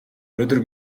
өнөөдөр